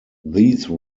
these